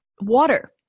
Water